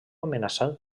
amenaçat